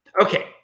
Okay